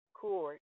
court